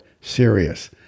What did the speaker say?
serious